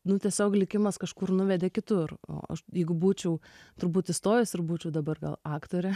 nu tiesiog likimas kažkur nuvedė kitur o aš jeigu būčiau turbūt įstojęs ir būčiau dabar gal aktore